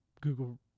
Google